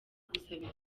gusaba